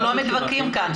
אנחנו לא מתווכחים כאן.